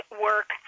work